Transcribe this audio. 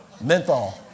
Menthol